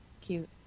cute